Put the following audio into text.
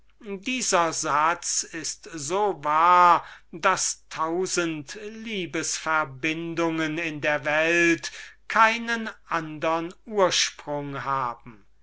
dieser satz ist so wahr daß tausend liebesverbindungen in der welt keinen andern ursprung haben